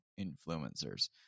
influencers